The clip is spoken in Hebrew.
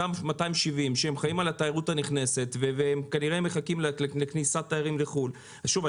אותם 270 שחיים על התיירות הנכנסת ומחכים לכניסת תיירים מחו"ל שוב,